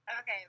Okay